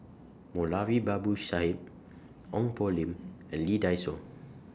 Moulavi Babu Sahib Ong Poh Lim and Lee Dai Soh